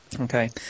Okay